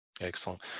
Excellent